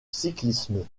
cyclisme